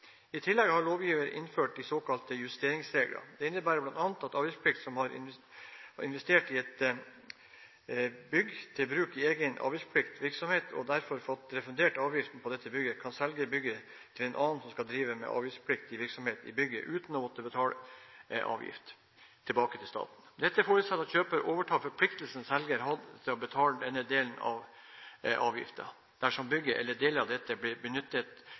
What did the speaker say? I tillegg har lovgiver innført de såkalte justeringsreglene. Det innebærer bl.a. at en avgiftspliktig som har investert i et bygg til bruk i egen avgiftspliktig virksomhet og derfor fått refundert avgiften på dette bygget, kan selge bygget til en annen som skal drive med avgiftspliktig virksomhet i bygget uten å måtte betale merverdiavgiften tilbake til staten. Dette forutsetter at kjøper overtar forpliktelsen selger hadde til å betale denne delen av avgiften dersom bygget eller deler av dette blir benyttet